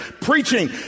preaching